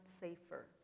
safer